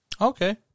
Okay